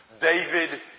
David